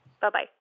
bye-bye